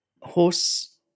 horse